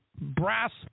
brass